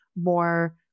more